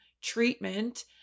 treatment